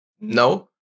No